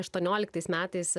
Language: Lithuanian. aštuonioliktais metais